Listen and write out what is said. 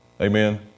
Amen